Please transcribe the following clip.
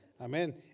Amen